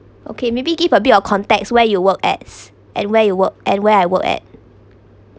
okay maybe give a bit of context where you work at and where you work and where I work at